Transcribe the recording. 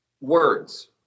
Words